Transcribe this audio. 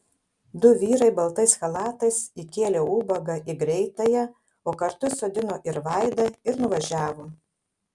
du vyrai baltais chalatais įkėlė ubagą į greitąją o kartu įsodino ir vaidą ir nuvažiavo